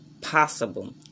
possible